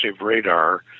radar